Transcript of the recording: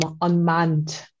unmanned